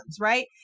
right